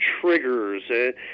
triggers